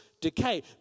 decay